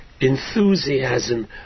enthusiasm